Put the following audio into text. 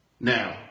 Now